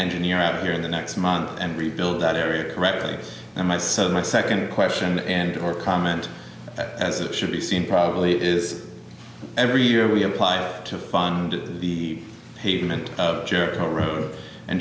engineer out of here in the next month and rebuild that area correctly and my son my second question and or comment as it should be seen probably is every year we apply to fund the pavement jerked around and